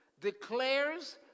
declares